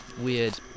weird